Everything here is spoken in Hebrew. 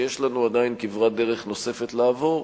שיש לנו עדיין כברת דרך נוספת לעבור,